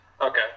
Okay